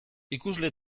ikusle